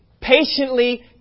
patiently